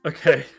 Okay